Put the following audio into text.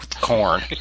corn